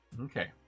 Okay